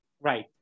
Right